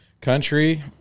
country